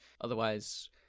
otherwise